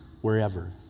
wherever